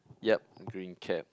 yup green cap